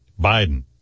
Biden